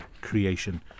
creation